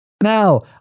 now